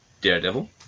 Daredevil